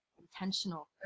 intentional